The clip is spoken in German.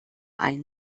ein